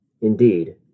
Indeed